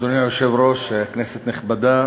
אדוני היושב-ראש, כנסת נכבדה,